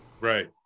Right